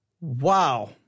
Wow